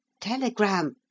telegram